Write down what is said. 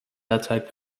outside